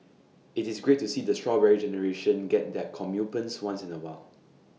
IT is great to see the Strawberry Generation get their comeuppance once in A while